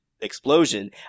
explosion